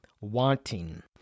wanting